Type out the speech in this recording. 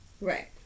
Right